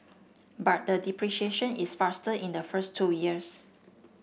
but the depreciation is faster in the first two years